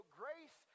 grace